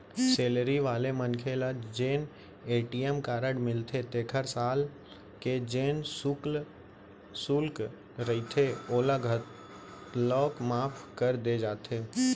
salary वाला मनखे ल जेन ए.टी.एम कारड मिलथे तेखर साल के जेन सुल्क रहिथे ओला घलौक माफ कर दे जाथे